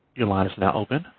your line is now open.